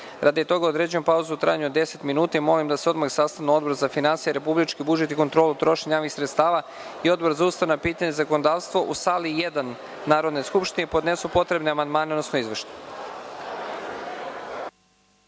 toga određujem pauzu u trajanju od 10 minuta, i molim vas da se odmah sastanu Odbor za finansije, republički budžet i kontrolu trošenja javnih sredstava i Odbor za ustavna pitanja i zakonodavstvo u sali 1 Narodne skupštine i podnesu potrebne amandmane, odnosno izveštaj.(Posle